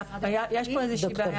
יש פה איזו שהיא בעיה